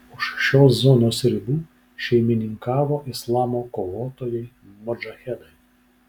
už šios zonos ribų šeimininkavo islamo kovotojai modžahedai